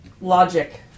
logic